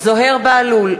זוהיר בהלול,